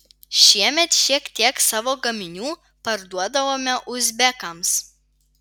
šiemet šiek tiek savo gaminių parduodavome uzbekams